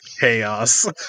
chaos